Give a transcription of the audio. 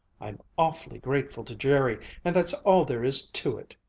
i'm awfully grateful to jerry, and that's all there is to it!